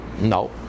No